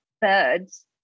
Birds